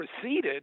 proceeded